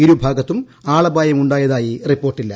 ഇരു ഭാഗത്തും ആളപായമുണ്ട്ടായ്തായി റിപ്പോർട്ടില്ല